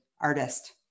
artist